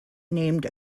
named